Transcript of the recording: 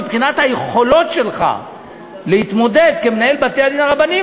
מבחינת היכולות שלך להתמודד כמנהל בתי-הדין הרבניים,